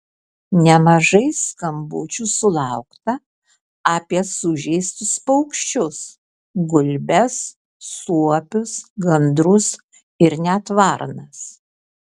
nemažai skambučių sulaukta apie sužeistus paukščius gulbes suopius gandrus ir net varnas